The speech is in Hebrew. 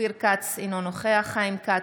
אופיר כץ, אינו נוכח חיים כץ,